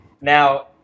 Now